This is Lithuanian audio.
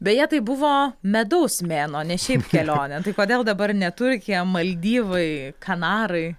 beje tai buvo medaus mėnuo ne šiaip kelionė tai kodėl dabar ne turkija maldyvai kanarai